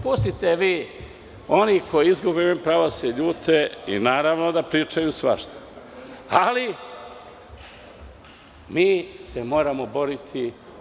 Pustite vi, oni koji izgube, imaju pravo da se ljute i, naravno, da pričaju svašta, ali mi se moramo boriti.